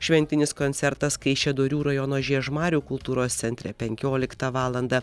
šventinis koncertas kaišiadorių rajono žiežmarių kultūros centre penkioliktą valandą